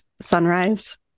sunrise